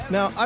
Now